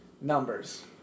Numbers